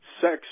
sex